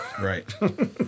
Right